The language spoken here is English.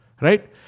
Right